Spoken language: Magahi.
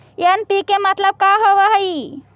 एन.पी.के मतलब का होव हइ?